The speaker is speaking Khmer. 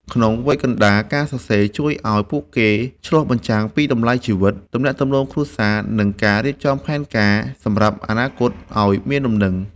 ក្នុងវ័យកណ្ដាល ការសរសេរជួយឱ្យពួកគេឆ្លុះបញ្ចាំងពីតម្លៃជីវិត ទំនាក់ទំនងគ្រួសារ និងការរៀបចំផែនការសម្រាប់អនាគតឱ្យមានលំនឹង។